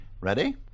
Ready